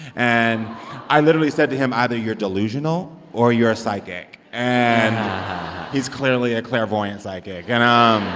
and i literally said to him either you're delusional, or you're a psychic and he's clearly a clairvoyant psychic and um